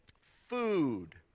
Food